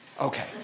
Okay